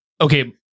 Okay